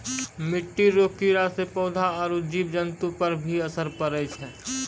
मिट्टी रो कीड़े से पौधा आरु जीव जन्तु पर भी असर पड़ै छै